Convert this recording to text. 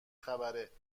خبرهدختره